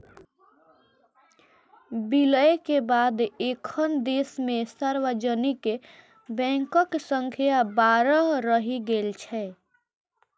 विलय के बाद एखन देश मे सार्वजनिक बैंकक संख्या बारह रहि गेल छै